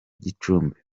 gicumbi